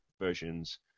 versions